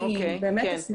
אני באמת אשמח.